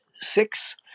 six